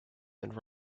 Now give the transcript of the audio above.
and